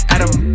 Adam